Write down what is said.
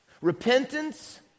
Repentance